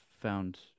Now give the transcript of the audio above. found